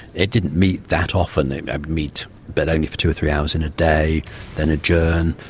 it didn't meet that often, they'd meet but only for two or three hours in a day then adjourn,